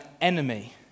enemy